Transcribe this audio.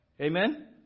Amen